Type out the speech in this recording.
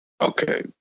okay